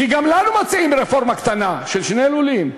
כי גם לנו מציעים רפורמה קטנה, של שני לולים.